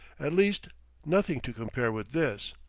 at least nothing to compare with this.